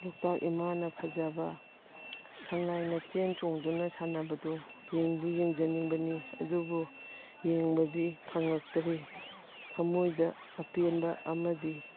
ꯂꯣꯛꯇꯥꯛ ꯏꯃꯥꯅ ꯐꯖꯕ ꯁꯉꯥꯏꯅ ꯆꯦꯟ ꯆꯣꯡꯗꯨꯅ ꯁꯥꯟꯅꯕꯗꯣ ꯌꯦꯡꯗꯤ ꯌꯦꯡꯖꯅꯤꯡꯕꯅꯤ ꯑꯗꯨꯕꯨ ꯌꯦꯡꯕꯗꯤ ꯐꯪꯉꯛꯇ꯭ꯔꯦ ꯊꯝꯃꯣꯏꯗ ꯑꯄꯦꯟꯕ ꯑꯃꯗꯤ